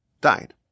died